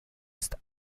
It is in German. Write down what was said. ist